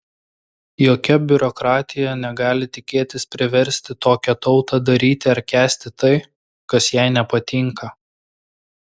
jokia biurokratija negali tikėtis priversti tokią tautą daryti ar kęsti tai kas jai nepatinka